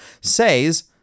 says